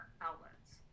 outlets